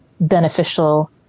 Beneficial